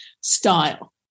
style